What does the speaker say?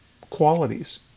qualities